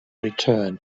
return